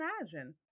imagine